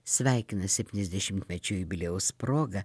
sveikina septyniasdešimtmečio jubiliejaus proga